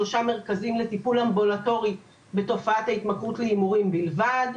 שלושה מרכזים לטיפול אמבולטורי בתופעת ההתמכרות להימורים בלבד.